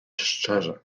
szczerze